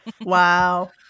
Wow